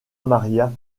maria